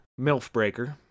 Milfbreaker